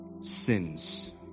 sins